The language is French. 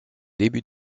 début